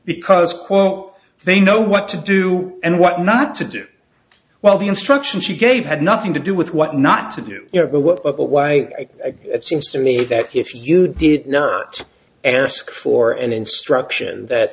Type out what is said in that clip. because quo they know what to do and what not to do while the instruction she gave had nothing to do with what not to do you know why it seems to me that if you did not ask for an instruction that